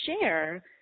share